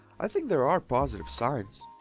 i think there are positive signs.